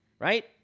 Right